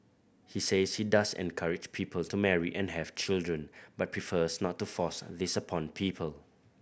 he says he does encourage people to marry and have children but prefers not to force this upon people